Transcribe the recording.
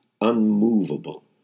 unmovable